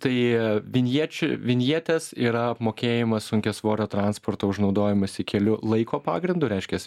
tai vinječių vinjetės yra apmokėjimas sunkiasvorio transporto už naudojimąsi keliu laiko pagrindu reiškias